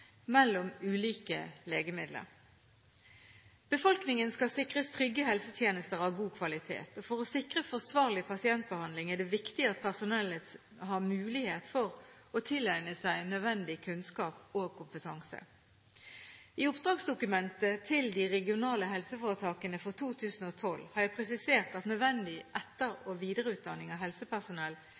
mellom ulike legemidler. Befolkningen skal sikres trygge helsetjenester av god kvalitet. For å sikre forsvarlig pasientbehandling er det viktig at personellet har mulighet til å tilegne seg nødvendig kunnskap og kompetanse. I oppdragsdokumentet til de regionale helseforetakene for 2012 har jeg presisert at nødvendig etter- og videreutdanning av helsepersonell